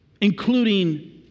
including